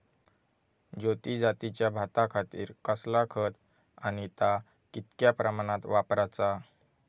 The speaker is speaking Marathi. ज्योती जातीच्या भाताखातीर कसला खत आणि ता कितक्या प्रमाणात वापराचा?